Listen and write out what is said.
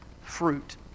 fruit